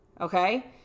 Okay